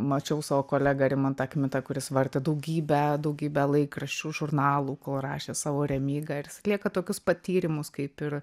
mačiau savo kolegą rimantą kmitą kuris vartė daugybę daugybę laikraščių žurnalų kol rašė savo remygą ir jis atlieka tokius pat tyrimus kaip ir